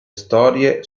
storie